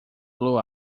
blue